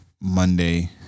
monday